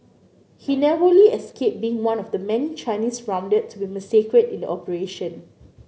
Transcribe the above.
he narrowly escaped being one of the many Chinese rounded to be massacred in the operation